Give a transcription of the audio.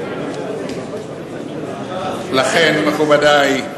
לכן, מכובדי,